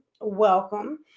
Welcome